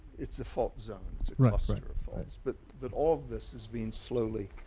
it's a fault zone it's a sacrifice but but all of this is being slowly